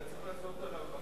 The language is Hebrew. אבל אתה צריך לעשות הבחנה,